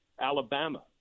Alabama